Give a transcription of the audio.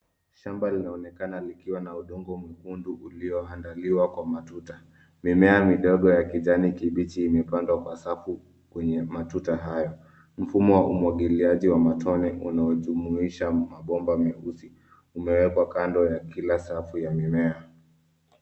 Shamba linaonekana likiwa na udongo mwekundu uliyo andaliwa kwa matuta. Mimea midogo ya kijani kibichi imepandwa kwa safu kwenye matuta hayo. Mfumo wa umwagiliaji wa matone unaojumuisha mabomba meusi umewekwa kando ya kila safu ya mimea.